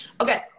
Okay